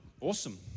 awesome